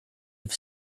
have